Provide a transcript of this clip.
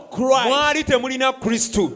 Christ